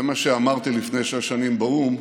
זה מה שאמרתי לפני שש שנים באו"ם,